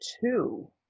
two